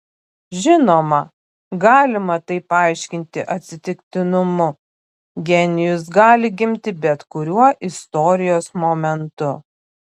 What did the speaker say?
žinoma galima tai paaiškinti atsitiktinumu genijus gali gimti bet kuriuo istorijos momentu